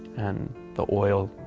and, the oil,